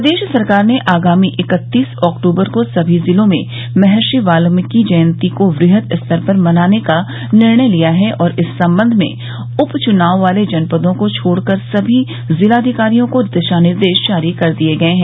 प्रदेश सरकार ने आगामी इकत्तीस अक्टूबर को समी जिलों में महर्षि बाल्मीकि जयन्ती को वृहद स्तर पर मनाने का निर्णय लिया है और इस संबंध में उप चुनाव वाले जनपदों को छोड़कर सभी जिलाधिकारियों को दिशा निर्देश जारी कर दिये गये हैं